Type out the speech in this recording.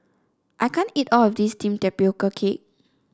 i can't eat all of this steamed Tapioca Cake